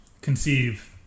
conceive